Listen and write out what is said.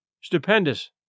stupendous